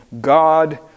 God